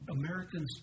Americans